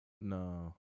No